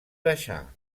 baixar